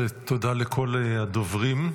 תודה לכל הדוברים.